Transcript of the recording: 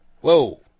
Whoa